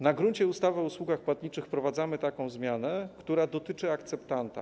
Na gruncie ustawy o usługach płatniczych wprowadzamy taką zmianę, która dotyczy akceptanta.